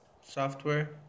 software